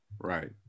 Right